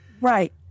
Right